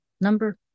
number